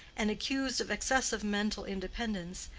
and accused of excessive mental independence,